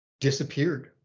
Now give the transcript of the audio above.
disappeared